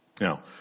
Now